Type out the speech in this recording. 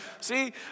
See